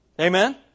Amen